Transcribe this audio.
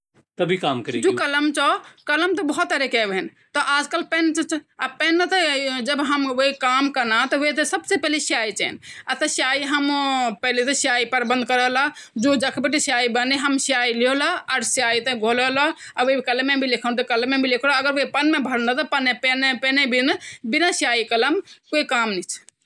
दरअसल, एक रेफ्रिजरेटर मां क्या ह्वंद स्वो हमेशा वाष्पीकरण की प्रक्रिया ब्वोलदन तेते, तेसे काम करद। तेमा क्या ह्व्द जब यो वाष्पीकरण व्हंद तेसे फ्रिज मां ठंडी गैस बणदि। या ठंडी गैस की वजह से ज्वो फ्रिज भितर रौंद स्वो बिल्कुल ठंडू रौद भितर से जेसे ब्वोल्दन कि खाणों ज्वो चि स्वो ताजु रौंद। हालांकि, ब्वोल्दन कि फ्रिज मां ज्यादा देर तक खाणों भी रौखण चेंद तेसे ज्यादा ठिक भी नी रौंद खाणों। पर हां कुछ टाइमो ते ताजु रे जंद फ्रिज मां खांणों। ये तरीका से काम करद रेफ्रिजरेटर।